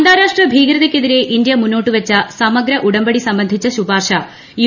അന്താരാഷ്ട്ര ഭീകരതയ്ക്കെതിരെ ഇന്ത്യ മുന്നോട്ടു വച്ച സമഗ്ര ഉടമ്പടി സംബന്ധിച്ച ശുപാർശ യു